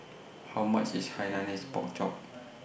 How much IS Hainanese Pork Chop